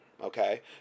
okay